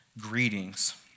Greetings